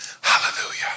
Hallelujah